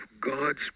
God's